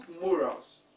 morals